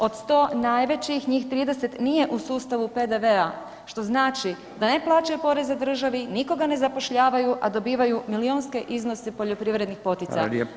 Od 100 najvećih, njih 30 nije u sustavu PDV-a što znači da ne plaćaju poreze državi, nikoga ne zapošljavaju a dobivaju milijunske iznose poljoprivrednih poticaja.